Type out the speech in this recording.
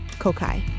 Kokai